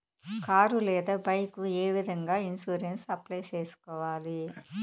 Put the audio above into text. car లేదా bike ఏ విధంగా ఇన్సూరెన్సు అప్లై సేసుకోవాలి